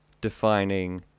defining